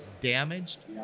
damaged